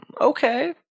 Okay